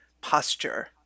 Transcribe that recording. posture